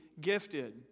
gifted